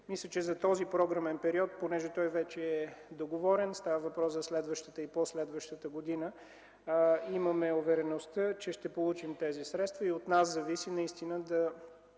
мисля, че за този програмен период, понеже той вече е договорен, става въпрос за следващата и пό следващата година, имаме увереността, че ще получим тези средства и от нас зависи да